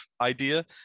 idea